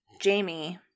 jamie